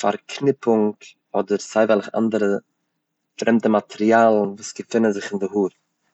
פארקניפונג אדער סיי וועלכע אנדערע פרעמדע מאטריאלן וואס געפונען זיך אין די האר.